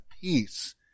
peace